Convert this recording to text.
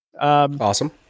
Awesome